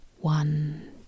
one